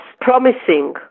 promising